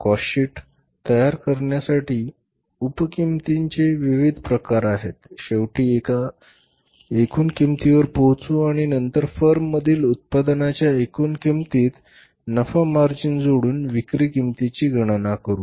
cost sheet तयार करण्यासाठी उप किंमतीचे विविध प्रकार आहेत शेवटी एकूण किंमतीवर पोहोचू आणि नंतर फर्ममधील उत्पादनाच्या एकूण किंमतीत नफा मार्जिन जोडून विक्री किंमतीची गणना करा